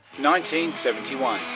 1971